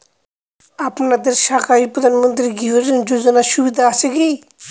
আপনাদের শাখায় প্রধানমন্ত্রী গৃহ ঋণ যোজনার সুবিধা আছে কি?